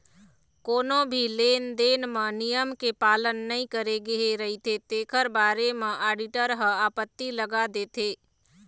कोनो भी लेन देन म नियम के पालन नइ करे गे रहिथे तेखर बारे म आडिटर ह आपत्ति लगा देथे